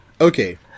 Okay